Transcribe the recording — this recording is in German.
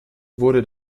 wurde